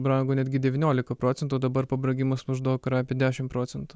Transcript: brango netgi devyniolika procentų dabar pabrangimas maždaug yra apie dešimt procentų